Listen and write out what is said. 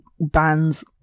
bands